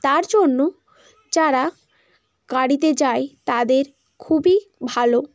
তার জন্য যারা গাড়িতে যায় তাদের খুবই ভালো